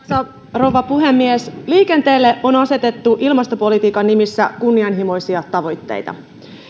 rouva puhemies liikenteelle on asetettu ilmastopolitiikan nimissä kunnianhimoisia tavoitteita